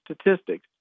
statistics